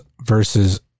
versus